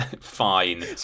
fine